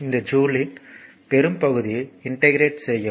இந்த ஜூலின் பெரும்பகுதியை இன்டிகிரேட் செய்யவும்